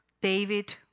David